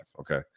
okay